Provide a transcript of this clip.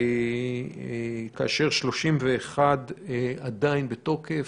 כאשר 31 מהן עדיין בתוקף.